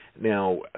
Now